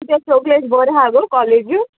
किदें चौगुलेज बरी आहा गो कॉलेजू